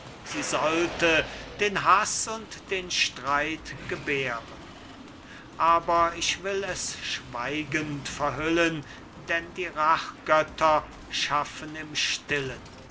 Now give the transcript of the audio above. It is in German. sie sollte den haß und den streit gebären aber ich will es schweigend verhüllen denn die rachgötter schaffen im stillen